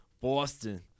Boston